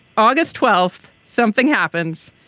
august twelfth something happens.